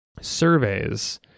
surveys